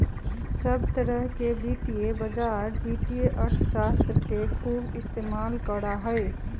सब तरह के वित्तीय बाजार वित्तीय अर्थशास्त्र के खूब इस्तेमाल करा हई